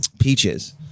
peaches